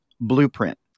blueprint